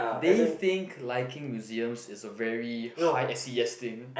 they think liking museum it's a very high S_E_S thing